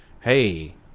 hey